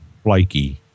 flaky